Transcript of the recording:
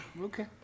Okay